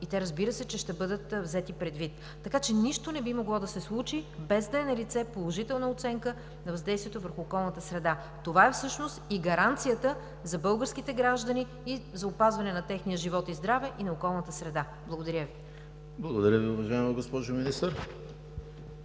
и те, разбира се, че ще бъдат взети предвид. Така че нищо не би могло да се случи, без да е налице положителна оценка на въздействието върху околната среда. Това е и гаранцията за българските граждани за опазване на техния живот и здраве и на околната среда. Благодаря Ви. ПРЕДСЕДАТЕЛ ЕМИЛ ХРИСТОВ: Уважаема госпожо Министър,